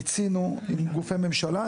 מיצינו עם גופי ממשלה.